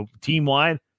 team-wide